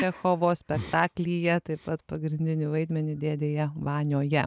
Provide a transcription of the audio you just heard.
čechovo spektaklyje taip pat pagrindinį vaidmenį dėdėje vanioje